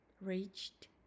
reached